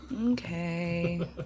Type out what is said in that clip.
okay